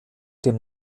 dem